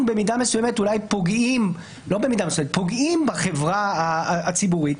במידה מסוימת אולי פוגעים בחברה הציבורית,